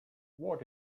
what